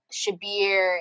Shabir